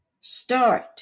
Start